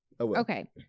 Okay